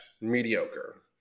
mediocre